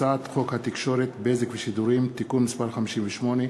הצעת חוק התקשורת (בזק ושידורים) (תיקון מס' 58),